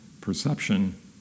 perception